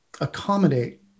accommodate